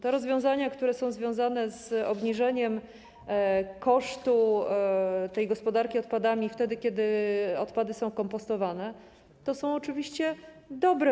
Te rozwiązania, które są związane z obniżeniem kosztu gospodarki odpadami wtedy, kiedy odpady są kompostowane, są oczywiście dobre.